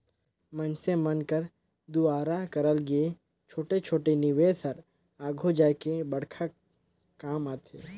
मइनसे मन कर दुवारा करल गे छोटे छोटे निवेस हर आघु जाए के बड़खा काम आथे